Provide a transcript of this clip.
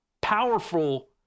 powerful